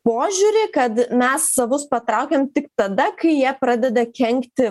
požiūrį kad mes savus patraukiam tik tada kai jie pradeda kenkti